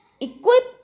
equip